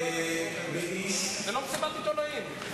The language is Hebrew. זאת לא מסיבת עיתונאים.